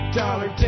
dollar